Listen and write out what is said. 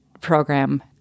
program